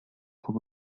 cup